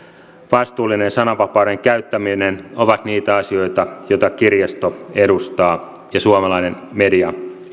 vastuullinen sananvapauden käyttäminen ovat niitä asioita joita kirjasto edustaa ja joita suomalainen media